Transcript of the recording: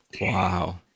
Wow